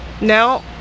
No